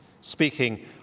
speaking